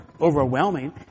overwhelming